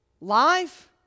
life